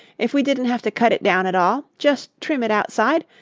if we didn't have to cut it down at all just trim it outside?